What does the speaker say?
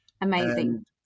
Amazing